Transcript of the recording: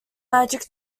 magic